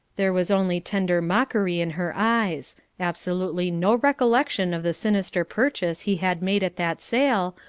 there was only tender mockery in her eyes absolutely no recollection of the sinister purchase he had made at that sale,